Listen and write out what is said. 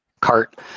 cart